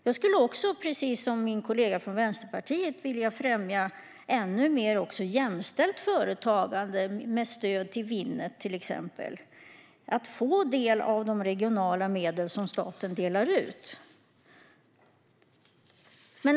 Jag skulle också, precis som min kollega från Vänsterpartiet, ännu mer vilja främja jämställt företagande, exempelvis genom stöd till Winnet, så att man får del av de regionala medel som staten delar ut.